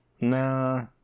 Nah